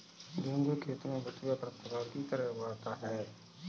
गेहूँ के खेत में बथुआ खरपतवार की तरह उग आता है